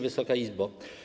Wysoka Izbo!